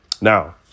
Now